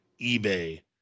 eBay